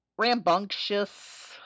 rambunctious